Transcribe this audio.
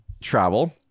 travel